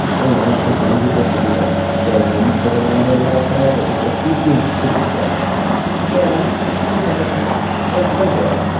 and i mean i don't think many people should be like going into the landlord lifestyle but just like you seem pretty bad at it yeah you suck at that don't don't do it.